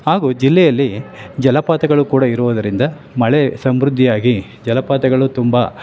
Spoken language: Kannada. ಹಾಗೂ ಜಿಲ್ಲೆಯಲ್ಲಿ ಜಲಪಾತಗಳು ಕೂಡ ಇರುವುದರಿಂದ ಮಳೆ ಸಮೃದ್ಧಿಯಾಗಿ ಜಲಪಾತಗಳು ತುಂಬ